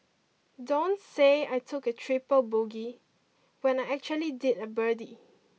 don't say I took a triple bogey when I actually did a birdie